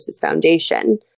Foundation